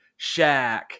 Shaq